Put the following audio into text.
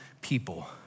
people